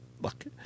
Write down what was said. Look